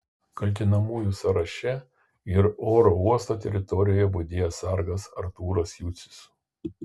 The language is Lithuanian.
kaltinamųjų sąraše ir oro uosto teritorijoje budėjęs sargas artūras jucius